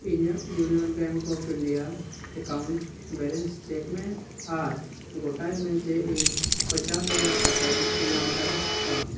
ᱤᱧᱟᱹᱜ Union Bank of India account balance check ᱢᱮ ᱟᱨ ᱜᱚᱴᱟᱭ ᱢᱮ ᱡᱮ ᱤᱧ ᱯᱚᱸᱪᱟᱥ ᱦᱟᱡᱟᱨ ᱴᱟᱠᱟᱧ ᱧᱟᱢ ᱠᱟᱫᱟ ᱥᱮ ᱵᱟᱝ